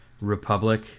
republic